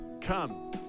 Come